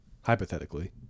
hypothetically